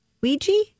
Ouija